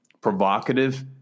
provocative